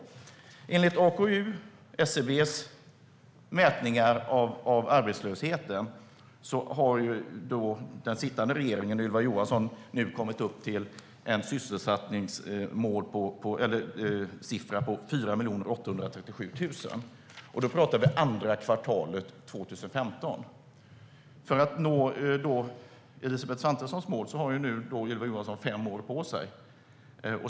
Enligt AKU, SCB:s mätningar av arbetslösheten, har den sittande regeringen och Ylva Johansson kommit upp i en sysselsättningssiffra på 4 837 000 - då talar vi om andra kvartalet 2015. För att slå Elisabeth Svantessons mål har Ylva Johansson fem år på sig.